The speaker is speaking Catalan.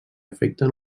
afecten